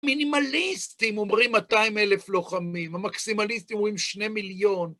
מינימליסטים אומרים 200 אלף לוחמים, המקסימליסטים אומרים שני מיליון.